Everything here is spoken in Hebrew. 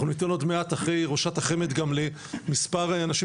אנחנו ניתן עוד מעט אחרי ראשת החמ"ד גם למספר אנשים